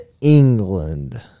England